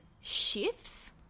shifts